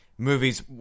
Movies